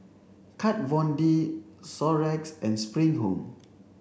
Kat Von D Xorex and Spring Home